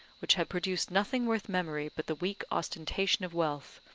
which had produced nothing worth memory but the weak ostentation of wealth,